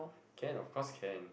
can of course can